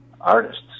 artists